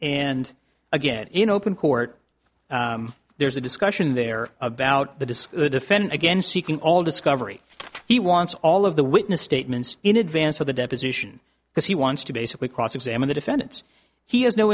and again in open court there's a discussion there about the disc the defend against seeking all discovery he wants all of the witness statements in advance of the deposition because he wants to basically cross examine the defendants he has no